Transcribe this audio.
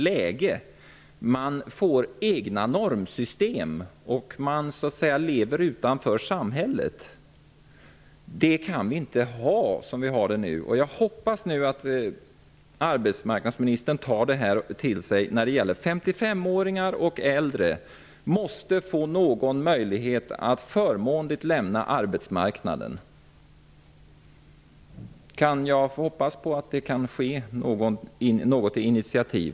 Ungdomarna får egna normsystem och lever utanför samhället. Vi kan inte ha det som vi har det nu. Jag hoppas att arbetsmarknadsministern tar till sig förslaget att 55-åringar och äldre skall få möjlighet att förmånligt lämna arbetsmarknaden. Kan jag hoppas på något initiativ i den riktningen?